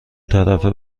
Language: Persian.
طرفه